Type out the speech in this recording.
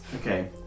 Okay